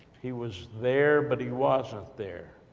he was there, but he wasn't there,